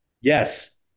yes